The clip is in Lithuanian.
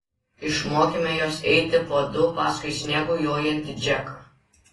išmokėme juos eiti po du paskui sniegu jojantį džeką